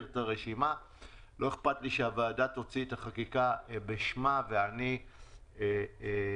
לא אכפת לי שהוועדה תוציא את החקיקה בשמה ואני אצטרף.